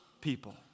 people